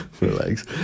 Relax